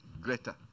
greater